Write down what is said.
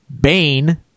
Bane